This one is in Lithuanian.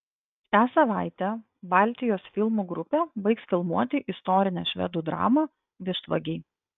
šią savaitę baltijos filmų grupė baigs filmuoti istorinę švedų dramą vištvagiai